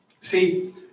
See